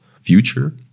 future